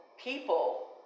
people